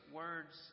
words